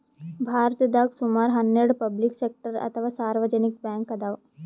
ಭಾರತದಾಗ್ ಸುಮಾರ್ ಹನ್ನೆರಡ್ ಪಬ್ಲಿಕ್ ಸೆಕ್ಟರ್ ಅಥವಾ ಸಾರ್ವಜನಿಕ್ ಬ್ಯಾಂಕ್ ಅದಾವ್